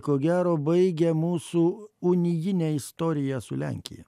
ko gero baigia mūsų unijinę istoriją su lenkija